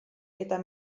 eta